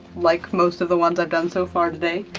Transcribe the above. like most of the ones i've done so far today.